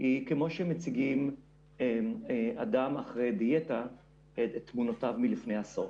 היא כמו שמציגים אדם אחרי דיאטה עם תמונותיו מלפני עשור